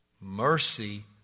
Mercy